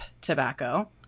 tobacco